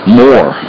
more